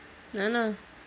ya lah